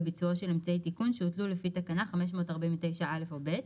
לביצוע של אמצעי התיקון שהוטלו לפי תקנה 549(א) או (ב)".